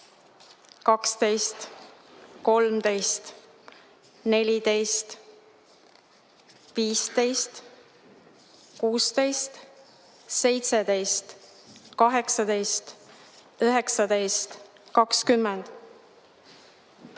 12, 13, 14, 15, 16, 17, 18, 19, 20,